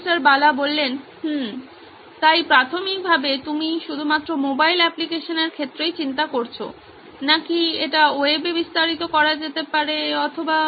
professor Bala হুম তাই প্রাথমিকভাবে তুমি শুধুমাত্র মোবাইল অ্যাপ্লিকেশনের ক্ষেত্রেই চিন্তা করছো অথবা এটি ওয়েবে বিস্তারিত করা যেতে পারে অথবা